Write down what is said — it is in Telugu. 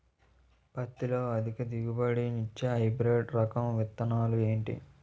పత్తి లో అధిక దిగుబడి నిచ్చే హైబ్రిడ్ రకం విత్తనాలు ఏంటి